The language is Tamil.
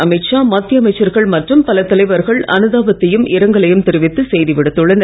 அமித் ஷா மத்திய அமைச்சர்கள் மற்றும் பல தலைவர்கள் அனுதாபத்தையும் இரங்கலையும் தெரிவித்து செய்தி விடுத்துள்ளனர்